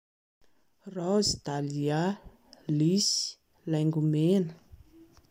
Raozy, dalia, lisy, laingomena